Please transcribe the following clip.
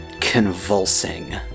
convulsing